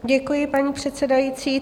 Děkuji, paní předsedající.